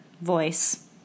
voice